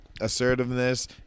assertiveness